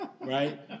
Right